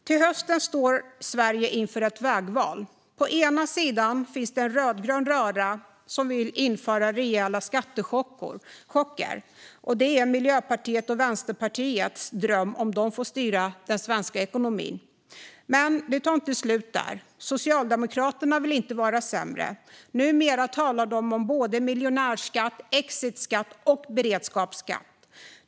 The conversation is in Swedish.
Till hösten står Sverige inför ett vägval. På ena sidan finns en rödgrön röra som vill införa rejäla skattechocker. Det är Miljöpartiets och Vänsterpartiets dröm om de får styra den svenska ekonomin. Men det tar inte slut där. Socialdemokraterna vill inte vara sämre. Numera talar de om miljonärsskatt, exitskatt och beredskapsskatt.